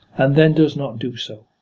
and then does not do so,